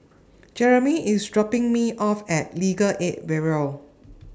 Jeremey IS dropping Me off At Legal Aid Bureau